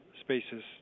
spaces